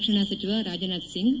ರಕ್ಷಣಾ ಸಚಿವ ರಾಜನಾಥ್ ಸಿಂಗ್